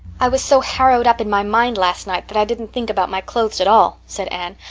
i was so harrowed up in my mind last night that i didn't think about my clothes at all, said anne.